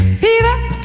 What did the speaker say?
Fever